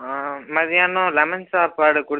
மதியானம் லெமன் சாப்பாடு கொடுத்